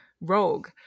rogue